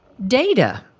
Data